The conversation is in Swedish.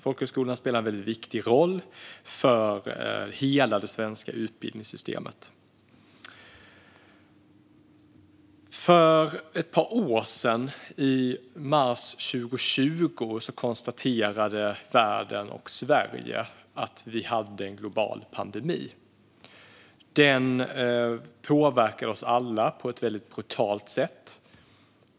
Folkhögskolorna spelar en väldigt viktig roll för hela det svenska utbildningssystemet. För ett par år sedan, i mars 2020, konstaterade världen och Sverige att vi hade en global pandemi. Den påverkade oss alla på ett väldigt brutalt sätt.